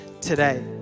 today